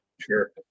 Sure